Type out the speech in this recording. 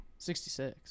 66